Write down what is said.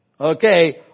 Okay